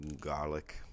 garlic